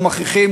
לא מכריחים,